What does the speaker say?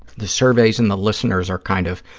the surveys and the listeners are kind of,